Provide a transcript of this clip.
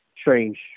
strange